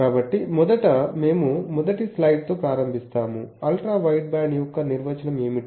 కాబట్టి మొదట మేము మొదటి స్లైడ్తో ప్రారంభిస్తాము అల్ట్రా వైడ్బ్యాండ్ యొక్క నిర్వచనం ఏమిటి